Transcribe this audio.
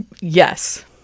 Yes